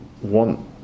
one